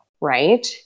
right